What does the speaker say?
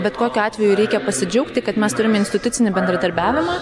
bet kokiu atveju reikia pasidžiaugti kad mes turime institucinį bendradarbiavimą